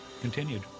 continued